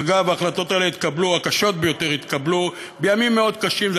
אגב, ההחלטות הקשות ביותר התקבלו בימים מאוד קשים.